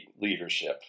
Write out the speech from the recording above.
leadership